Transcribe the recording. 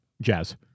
Jazz